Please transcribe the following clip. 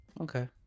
Okay